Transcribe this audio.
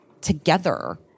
together